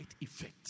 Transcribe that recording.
effect